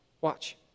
Watch